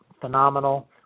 phenomenal